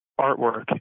artwork